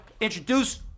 introduce